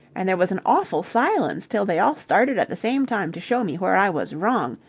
and there was an awful silence till they all started at the same time to show me where i was wrong,